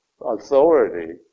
authority